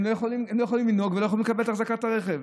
הם לא יכולים לנהוג ולא יכולים לקבל את אחזקת הרכב.